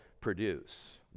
produce